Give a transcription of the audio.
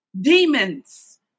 demons